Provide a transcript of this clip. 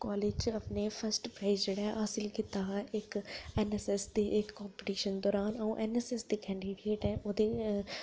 college च अपने first prize जेह्ड़ा ऐ हासल कित्ता हा एन एस एस दे इक कॉम्पिटिशन दे दौरान ओह् एन एस एस कैडिडेट ऐ ओह्दे